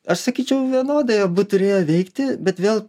aš sakyčiau vienodai abu turėjo veikti bet vėl